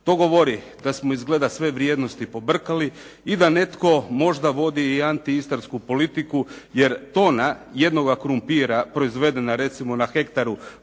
To govori da smo izgleda sve vrijednosti pobrkali i da netko možda vodi i anti istarsku politiku jer tona jednoga krumpira proizvedena recimo na hektaru